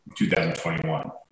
2021